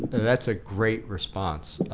that's a great response.